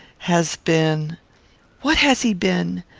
has been what has he been?